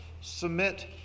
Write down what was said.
submit